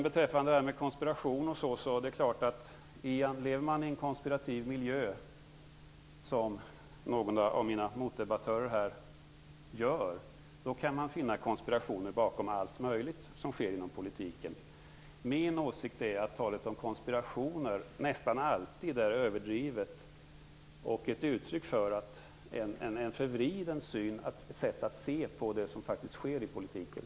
Beträffande konspiration kan jag säga att lever man i en konspirativ miljö, som någon av mina motdebattörer gör, kan man finna konspirationer bakom allt möjligt inom politiken. Min åsikt är att talet om konspirationer nästan alltid är överdrivet och ett uttryck för en förvriden syn på det som faktiskt sker i politiken.